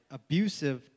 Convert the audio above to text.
abusive